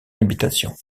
habitation